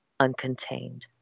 uncontained